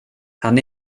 han